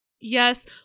Yes